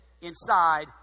inside